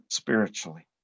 spiritually